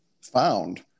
found